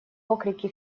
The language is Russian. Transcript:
окрики